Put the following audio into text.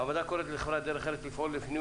הוועדה קוראת לחברת דרך ארץ לפעול לפינוי